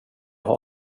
har